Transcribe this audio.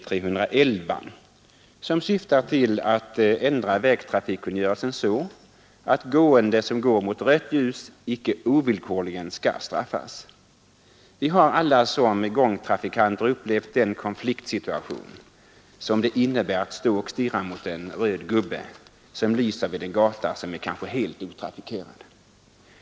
Denna motion syftar till att ändra vägtrafikkungörelsen så, att de som går mot rött ljus inte ovillkorligen skall straffas. Vi har alla som gångtrafikanter upplevt den konfliktsituation som det innebär att stå och stirra mot en röd gubbe som lyser vid ett övergångsställe på en gata som kanske är helt otrafikerad.